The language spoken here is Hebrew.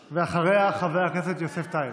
אחריה, חבר הכנסת יוסף טייב.